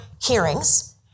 hearings